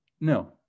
No